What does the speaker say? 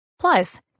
plus